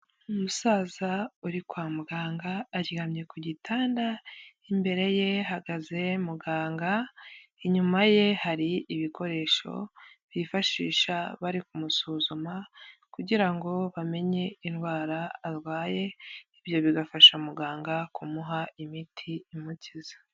Umusaza uri kwa muganga aryamye ku gitanda imbere ye hahagaze muganga, inyuma ye hari ibikoresho bifashisha bari kumusuzuma kugira ngo bamenye indwara arwaye ibyo bigafasha muganga kumuha imiti imukiza.